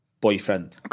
boyfriend